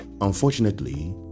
Unfortunately